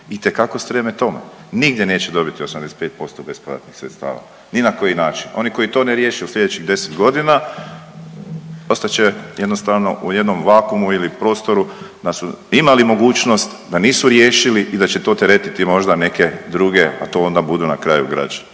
itekako streme tome. Nigdje neće dobiti 85% bespovratnih sredstava na koji način. Oni koji to ne riješe u sljedećih deset godina ostat će jednostavno u jednom vakuumu ili prostoru da su imali mogućnost, da nisu riješili i da će to teretiti možda neke druge a to onda budu na kraju građani.